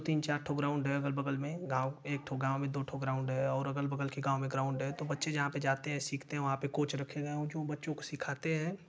तो तीन चार ठो ग्राउंड है अगल बगल में गाँव एक ठो गाँव में दो ठो ग्राउंड है और अगल बगल के गाँव में ग्राउंड है तो बच्चे जहाँ पर जाते हैं सीखते हैं वहाँ पर कोच रखे गये हैं जो बच्चों को सिखाते हैं